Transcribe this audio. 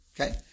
Okay